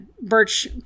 Birch